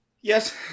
Yes